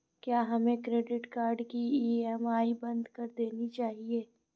क्या हमें credit card की ई.एम.आई बंद कर देनी चाहिए?